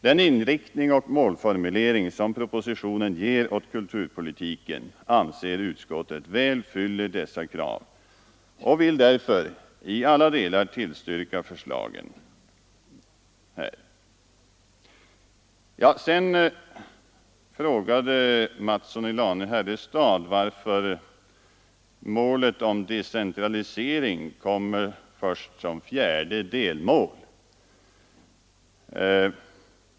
Den inriktning och målformulering som propositionen ger åt kulturpolitiken anser utskottet väl fyller dessa krav och vill därför i alla delar tillstyrka förslagen därvidlag. Herr Mattsson i Lane-Herrestad frågade varför målet om decentralisering kommer först som fjärde delmål.